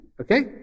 okay